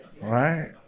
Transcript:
right